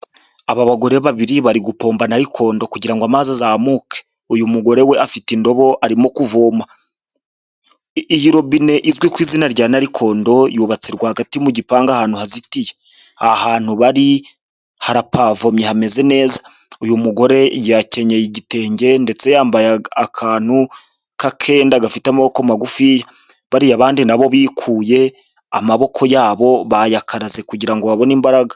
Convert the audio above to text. Aba bagore babiri bari gutombo na arikokondo kugirango ama azamuke uyugore we afite indobo arimo kuvoma, robine izwi izina rya nayikondo yubatse rwagati mu gipangu ahantu hazitiye hantu bari harapavomye hameze neza uyu mugore yakenyeye igitenge ndetse yambaye akantu k'akenda gafite amaboko magufi bariya nabo bikuye amaboko yabo bayayakaze kugira ngo babone imbaraga.